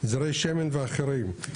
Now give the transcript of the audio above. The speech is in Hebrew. זרעי שמן ואחרים,